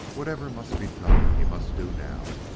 whatever must be done he must do now.